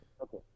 Okay